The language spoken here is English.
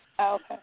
Okay